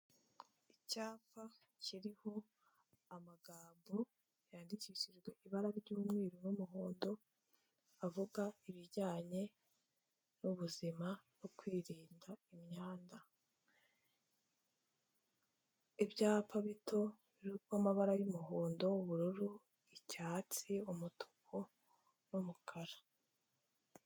Icyapa kiriho amagambo yandikishijwe ibara ry'umweru n'umuhondo avuga ibijyanye.